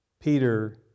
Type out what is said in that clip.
Peter